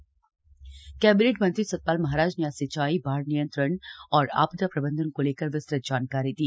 Satpal Maharaj cabinet मंत्री सतपाल महाराज ने आज सिंचाई बाढ़ नियंत्रण और आपदा प्रबंधन को लेकर विस्तृत जानकारी दी